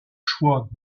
choix